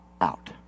out